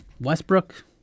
Westbrook